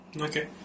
Okay